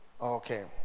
Okay